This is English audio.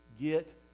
get